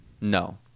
No